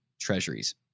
treasuries